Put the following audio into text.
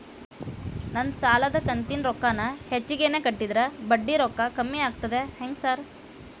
ನಾನ್ ಸಾಲದ ಕಂತಿನ ರೊಕ್ಕಾನ ಹೆಚ್ಚಿಗೆನೇ ಕಟ್ಟಿದ್ರ ಬಡ್ಡಿ ರೊಕ್ಕಾ ಕಮ್ಮಿ ಆಗ್ತದಾ ಹೆಂಗ್ ಸಾರ್?